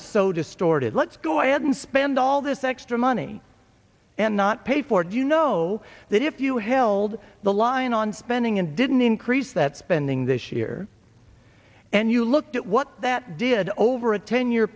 is so distorted let's go i haven't spend all this extra money and not pay for it you know that if you held the line on spending and didn't increase that spending this year and you looked at what that did over a ten year